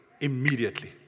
immediately